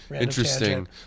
Interesting